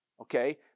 okay